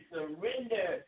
Surrender